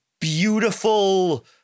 beautiful